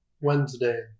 Wednesday